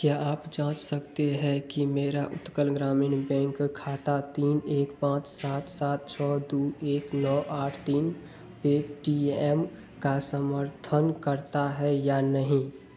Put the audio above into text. क्या आप जाँच सकते हैं कि मेरा उत्कल ग्रामीण बैंक खाता तीन एक पाँच सात सात छः दो एक नौ आठ तीन पेटीएम का समर्थन करता है या नहीं